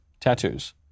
tattoos